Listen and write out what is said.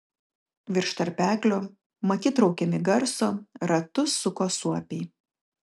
virš tarpeklio matyt traukiami garso ratus suko suopiai